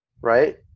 right